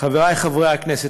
חברי חברי הכנסת,